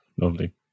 lovely